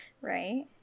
Right